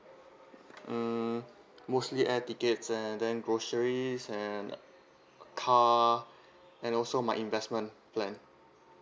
mm mostly air tickets and then groceries and car and also my investment plan